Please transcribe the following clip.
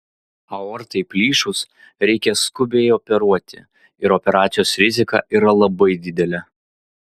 aortai plyšus reikia skubiai operuoti ir operacijos rizika yra labai didelė